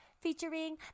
featuring